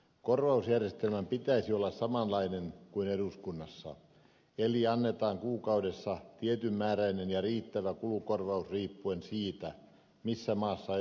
korvausjärjestelmän pitäisi olla samanlainen kuin eduskunnassa eli annetaan kuukaudessa tietyn määräinen ja riittävä kulukorvaus riippuen siitä missä maassa edustusto on